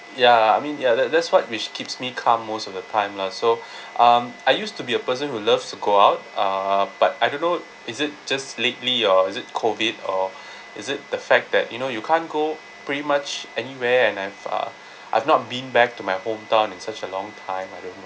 ya I mean ya that that's what which keeps me calm most of the time lah so um I used to be a person who loves to go out uh but I don't know is it just lately or is it COVID or is it the fact that you know you can't go pretty much anywhere and I've uh I've not been back to my home town in such a long time I don't